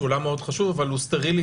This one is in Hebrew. שהוא עולם מאוד חשוב אבל הוא סטרילי,